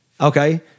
Okay